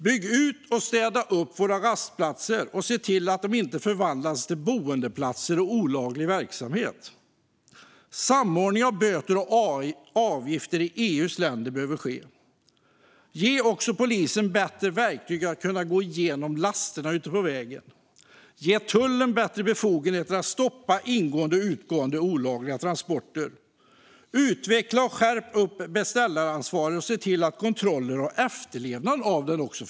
Bygg ut och städa våra rastplatser, och se till att de inte förvandlas till boplatser eller används för olaglig verksamhet! Samordning av böter och avgifter i EU:s länder behöver ske. Ge polisen bättre verktyg för att kunna gå igenom lasterna ute på vägen! Ge tullen bättre befogenheter att stoppa ingående och utgående olagliga transporter! Utveckla och skärp beställaransvaret, och se till att kontrollerna och efterlevnaden av det fungerar!